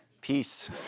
Peace